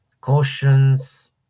Cautions